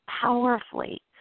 powerfully